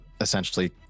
essentially